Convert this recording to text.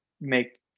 make